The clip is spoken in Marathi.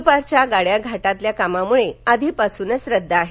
दुपारच्या गाड्या घाटातल्या कामामुळे आधिपासूनच रद्द आहेत